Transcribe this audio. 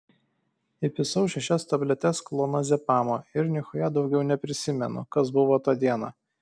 įpisau šešias tabletes klonazepamo ir nichuja daugiau neprisimenu kas buvo tą dieną